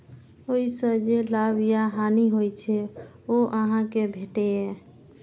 ओइ सं जे लाभ या हानि होइ छै, ओ अहां कें भेटैए